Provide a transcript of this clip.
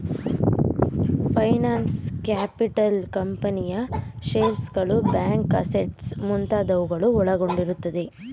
finance capital ಕಂಪನಿಯ ಶೇರ್ಸ್ಗಳು, bank assets ಮುಂತಾದವುಗಳು ಒಳಗೊಂಡಿರುತ್ತದೆ